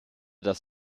das